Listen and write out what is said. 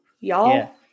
y'all